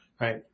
right